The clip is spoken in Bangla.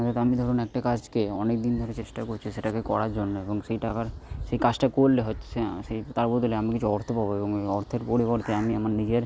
হয়তো আমি ধরুন একটা কাজকে অনেক দিন ধরে চেষ্টা করছি সেটাকে করার জন্য এবং সেই টা সেই কাজটা করলে হচ্ছে না সেই তার বদলে আমি কিছু অর্থ পাবো এবং ওই অর্থের পরিবর্তে আমি আমার নিজের